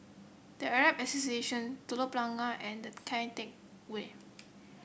The Arab Association Telok Blangah and Kian Teck Way